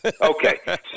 Okay